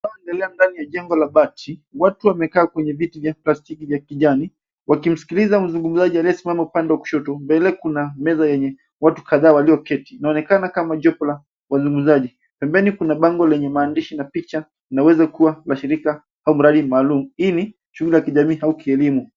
Hapa tuna angalia jengo la bati, watu wame keti kwenye viti vya kijani wakiskiliza mzungumzaji alie simama upande wa kushoto. Mbele kuna meza yenye watu kadhaa walio keti, ina onekana kama jukwa la wazungumzaji, pembeni kuna bango lenye maandishi na picha ina weza kuwa mashirika au mradi maalum, hii ni shughuli ya jamii au kielimu.